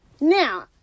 Now